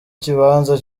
kibanza